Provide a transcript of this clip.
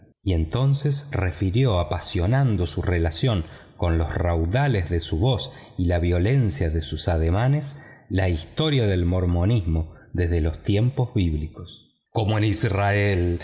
y entonces refirió apasionando su relación con los raudales de su voz y la violencia de sus ademanes la historia del mormonismo desde los tiempos bíblicos cómo en israel